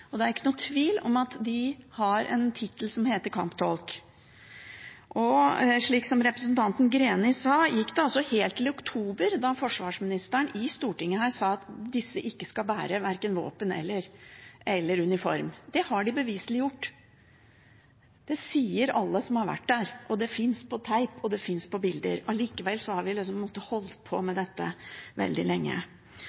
og det er ikke noen tvil om at de har en tittel som heter kamptolk. Som representanten Greni sa, gikk det altså helt til oktober at forsvarsministeren her i Stortinget sa at disse ikke skal bære verken våpen eller uniform. Det har de beviselig gjort. Det sier alle som har vært der. Det finnes på tape, og det finnes på bilder. Allikevel har vi måttet holde på med dette veldig lenge.